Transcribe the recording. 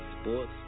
sports